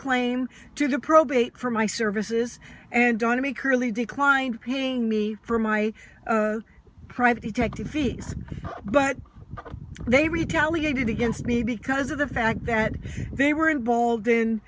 claim to the probate for my services and only curley declined paying me for my private detective fees but they retaliated against me because of the fact that they were in bold in